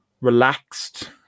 relaxed